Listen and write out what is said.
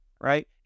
right